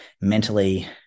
mentally